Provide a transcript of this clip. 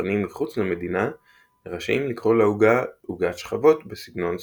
יצרנים מחוץ למדינה רשאים לקרוא לעוגה "עוגת שכבות בסגנון סראוואק".